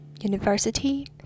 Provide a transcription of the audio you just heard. university